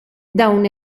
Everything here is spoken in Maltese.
dawn